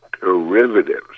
derivatives